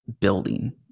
building